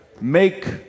make